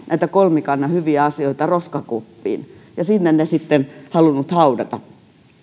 kolmikannan hyviä asioita roskakuppiin ja sinne ne sitten halunnut haudata